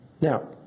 Now